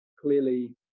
clearly